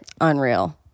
Unreal